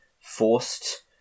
forced